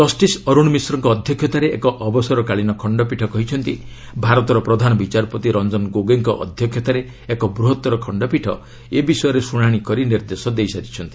justice ଅର୍ଚ୍ଚଣ ମିଶ୍ରଙ୍କ ଅଧ୍ୟକ୍ଷତାରେ ଏକ ଅବସରକାଳୀନ ଖଣ୍ଡପୀଠ କହିଛନ୍ତି ଭାରତର ପ୍ରଧାନ ବିଚାରପତି ରଞ୍ଜନ ଗୋଗୋଇଙ୍କ ଅଧ୍ୟକ୍ଷତାରେ ଏକ ବୃହତ୍ତର ଖଣ୍ଡପୀଠ ଏ ବିଷୟରେ ଶୁଣାଣି କରି ନିର୍ଦ୍ଦେଶ ଦେଇସାରିଛନ୍ତି